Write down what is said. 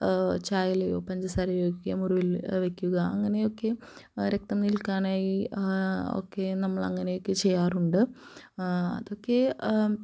ചായയിലയോ പഞ്ചസാര ഉപയോഗിക്കുക മുറിവില് വയ്ക്കുക അങ്ങനെയൊക്കെ രക്തം നില്ക്കാനായി ഒക്കെ നമ്മള് അങ്ങനെയൊക്കെ ചെയ്യാറുണ്ട് അതൊക്കെ